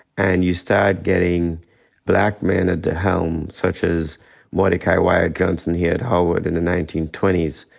and you start getting black men at the helm such as mordecai wyatt johnson here at howard in the nineteen twenty s.